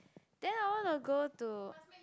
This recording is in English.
then I wanna go to